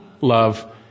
love